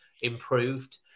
improved